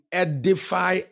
edify